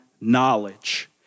knowledge